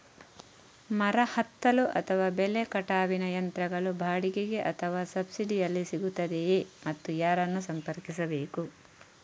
ಮರ ಹತ್ತಲು ಅಥವಾ ಬೆಲೆ ಕಟಾವಿನ ಯಂತ್ರಗಳು ಬಾಡಿಗೆಗೆ ಅಥವಾ ಸಬ್ಸಿಡಿಯಲ್ಲಿ ಸಿಗುತ್ತದೆಯೇ ಮತ್ತು ಯಾರನ್ನು ಸಂಪರ್ಕಿಸಬೇಕು?